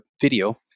video